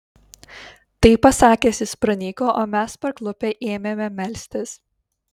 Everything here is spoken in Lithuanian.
tai pasakęs jis pranyko o mes parklupę ėmėme melstis